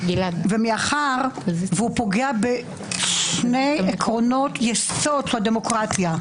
מאחר והוא פוגע בשני עקרונות יסוד של הדמוקרטיה: